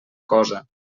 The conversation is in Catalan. cosa